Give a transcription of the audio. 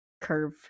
curve